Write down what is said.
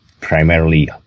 primarily